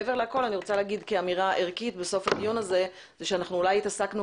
מעבר לכול אני רוצה להגיד כאמירה ערכית בסוף הדיון הזה שאולי התעסקנו